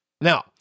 Now